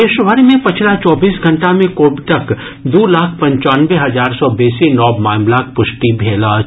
देश भरि मे पछिला चौबीस घंटा मे कोविडक दू लाख पंचानवे हजार सॅ बेसी नव मामिलाक पुष्टि भेल अछि